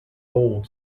old